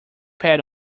pad